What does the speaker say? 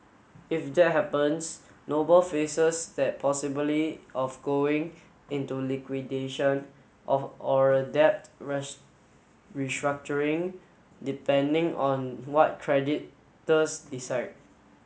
if that happens Noble faces that possibly of going into liquidation of or a debt rash restructuring depending on what creditors decide